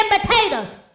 potatoes